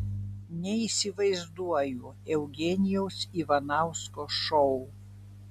neįsivaizduoju eugenijaus ivanausko šou